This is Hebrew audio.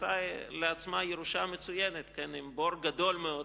מצאה לעצמה ירושה מצוינת עם בור תקציבי גדול מאוד